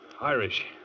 Irish